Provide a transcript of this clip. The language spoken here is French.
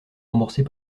remboursés